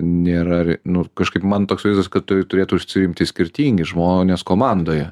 nėra nu kažkaip man toks vaizdas kad tai turėtų užsiimti skirtingi žmonės komandoje